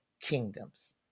kingdoms